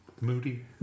Moody